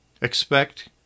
Expect